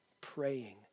praying